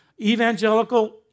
evangelical